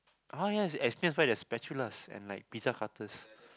oh yes explains why there's spatulas and like Pizza Hutters